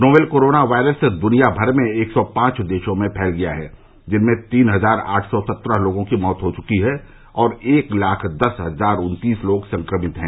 novel corona virus दुनिया भर में एक सौ पांच देशों में फैल गया जिससे तीन हजार आठ सौ सत्रह लोगों की मौत हो चुकी है और एक लाख दस हजार उन्तीस लोग संक्रमित हैं